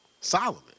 Solomon